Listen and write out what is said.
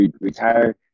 retire